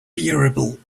unbearable